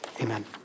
amen